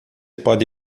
pode